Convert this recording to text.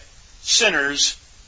sinners